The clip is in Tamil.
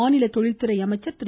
மாநில தொழிந்துறை அமைச்சர் திரு